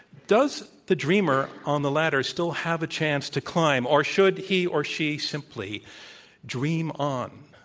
does the dreamer on the ladder still have a chance to climb or should he or she simply dream on?